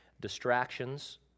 distractions